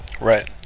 Right